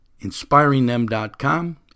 InspiringThem.com